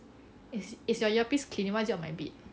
is your earpiece clean why is it on my bed